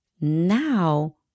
now